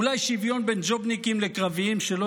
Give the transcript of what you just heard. אולי שוויון בין ג'ובניקים לקרביים שלא